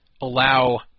allow